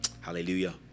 Hallelujah